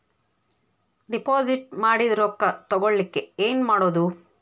Deposit ಮಾಡಿದ ರೊಕ್ಕ ತಗೋಳಕ್ಕೆ ಏನು ಮಾಡೋದು?